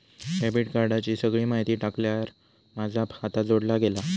debit कार्डाची सगळी माहिती टाकल्यार माझा खाता जोडला गेला